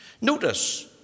Notice